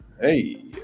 hey